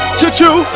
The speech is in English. Choo-choo